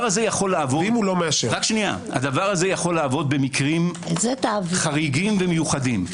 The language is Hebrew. הזה יכול לעבוד במקרים חריגים ומיוחדים.